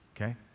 Okay